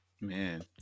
man